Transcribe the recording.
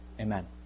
amen